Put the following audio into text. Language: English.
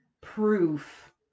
proof